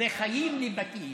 אלו חיים ליבתיים.